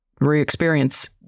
re-experience